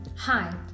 Hi